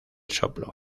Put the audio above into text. soplo